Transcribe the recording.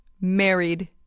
Married